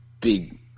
big